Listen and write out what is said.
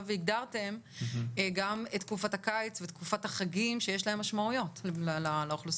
הגדרתם גם את תקופת הקיץ ותקופת החגים שיש להן משמעויות לאוכלוסיה.